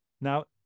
Now